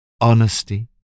honesty